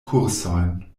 kursojn